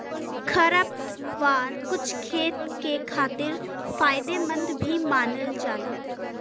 खरपतवार कुछ खेत के खातिर फायदेमंद भी मानल जाला